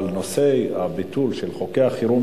אבל נושא הביטול של צווי החירום,